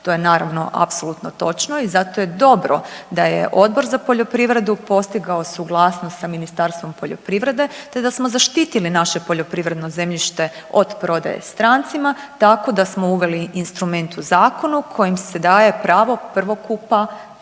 to je naravno apsolutno točno i zato je dobro da je Odbor za poljoprivredu postigao suglasnost sa Ministarstvom poljoprivrede te da smo zaštitili naše poljoprivredno zemljište od prodaje strancima tako da smo uveli instrument u zakonu kojim se daje prvo prvokupa